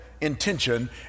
intention